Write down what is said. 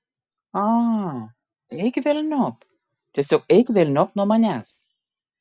a eik velniop tiesiog eik velniop nuo manęs